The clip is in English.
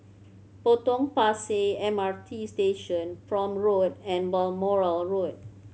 Potong Pasir M R T Station Prome Road and Balmoral Road